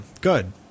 good